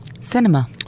cinema